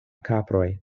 kaproj